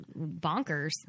bonkers